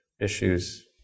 issues